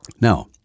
Now